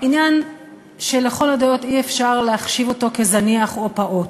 עניין שלכל הדעות אי-אפשר להחשיב אותו כזניח או פעוט.